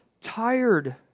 tired